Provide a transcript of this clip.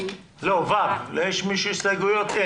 יש למישהו הסתייגויות?